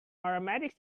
paramedics